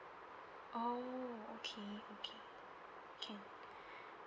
orh okay okay can